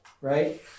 Right